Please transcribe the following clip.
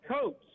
coach